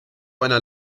einer